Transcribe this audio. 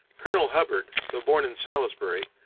colonel hubbard, though born in salisbury,